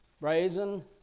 brazen